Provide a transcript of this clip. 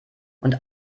und